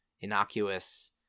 innocuous